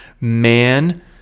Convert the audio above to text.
man